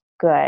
good